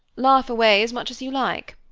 laugh away as much as you like,